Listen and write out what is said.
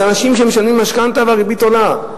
זה אנשים שמשלמים משכנתה והריבית עולה.